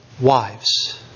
wives